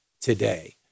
today